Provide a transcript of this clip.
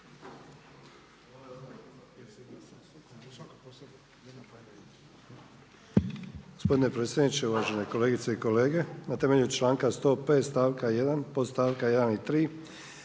Gospodine predsjedniče, uvažene kolegice i kolege. Na temelju članka 105. stavka 1. podstavka 1. i 3.,